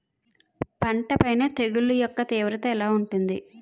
పంట పైన తెగుళ్లు యెక్క తీవ్రత ఎలా ఉంటుంది